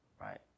right